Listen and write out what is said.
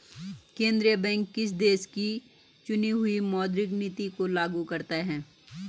केंद्रीय बैंक किसी देश की चुनी हुई मौद्रिक नीति को लागू करते हैं